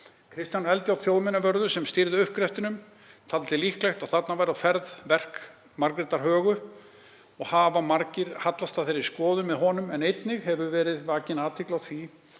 Kristján Eldjárn þjóðminjavörður, sem stýrði uppgreftrinum, taldi líklegt að þarna væri á ferð verk Margrétar högu og hafa margir hallast að þeirri skoðun með honum en einnig hefur verið vakin athygli á því